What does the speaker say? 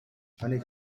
dydw